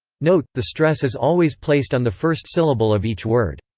note the stress is always placed on the first syllable of each word.